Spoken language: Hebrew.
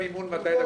מימון, לא